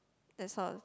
that sort